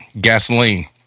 Gasoline